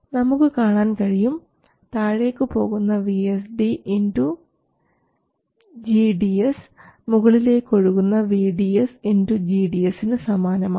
നമുക്ക് കാണാൻ കഴിയും താഴേക്ക് പോകുന്ന vSD gds മുകളിലേക്ക് ഒഴുകുന്ന vds gds നു സമാനമാണ്